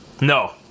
No